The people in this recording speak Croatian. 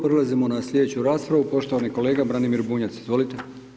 Prelazimo na slijedeću raspravu, poštovani kolega Branimir Bunjac, izvolite.